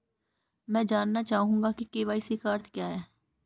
मैं जानना चाहूंगा कि के.वाई.सी का अर्थ क्या है?